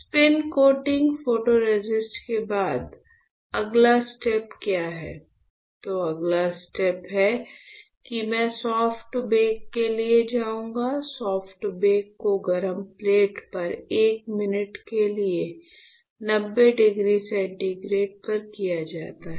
spin coating photoresist के बाद अगला स्टेप क्या है तो अगला स्टेप है कि मैं सॉफ्ट बेक के लिए जाऊँगा सॉफ्ट बेक को गर्म प्लेट पर 1 मिनट के लिए 90 डिग्री सेंटीग्रेड पर किया जाता है